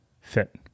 fit